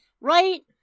Right